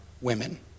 women